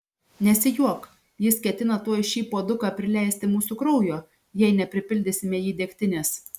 nesijuok jis ketina tuoj šį puoduką prileisti mūsų kraujo jei nepripildysime jį degtinės